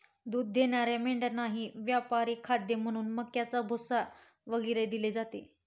दूध देणाऱ्या मेंढ्यांनाही व्यापारी खाद्य म्हणून मक्याचा भुसा वगैरे दिले जाते